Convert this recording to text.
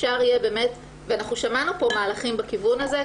אנחנו שמענו פה מהלכים בכיוון הזה,